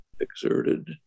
exerted